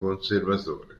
conservatore